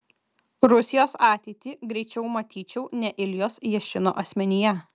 rusijos ateitį greičiau matyčiau ne iljos jašino asmenyje